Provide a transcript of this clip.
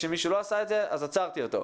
כשמישהו לא עשה את זה, עצרתי אותו.